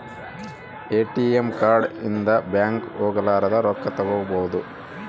ATM card ಇಂದ bank ಹೋಗಲಾರದ ರೊಕ್ಕ ತಕ್ಕ್ಕೊಬೊದು